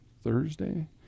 Thursday